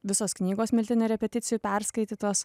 visos knygos miltinio repeticijų perskaitytos